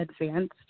advanced